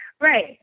Right